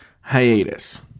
hiatus